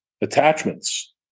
attachments